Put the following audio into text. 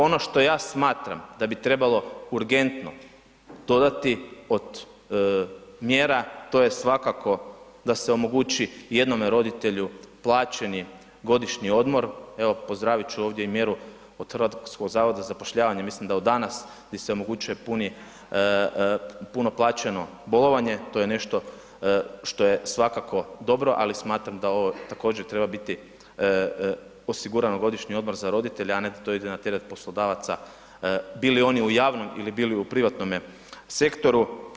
Ono što ja smatram da bi trebalo urgentno dodati od mjera, to je svakako da se omogući jednome roditelju plaćeni godišnji odmor, evo pozdravit ću ovdje i mjeru od HZZZ-a, mislim od danas di se omogućuje puno plaćeno bolovanje, to je nešto što je svakako dobro ali smatram da ovo također treba biti osigurano, godišnji odmor za roditelje a ne da to ide na teret poslodavaca, bili oni u javnom ili u privatnome sektoru.